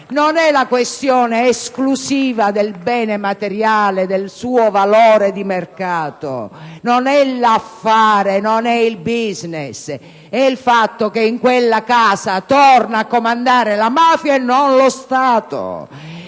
Non è la questione esclusiva del bene materiale, del suo valore di mercato, non è l'affare, non è il *business*! È il fatto che in quella casa torna a comandare la mafia e non lo Stato!